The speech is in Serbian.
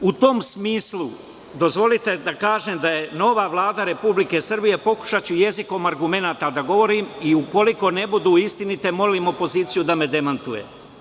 U tom smislu dozvolite da kažem da je nova Vlada Republike Srbije, pokušaću jezikom argumenata da govorim i ukoliko ne budu istinite molim opoziciju da me demantuje.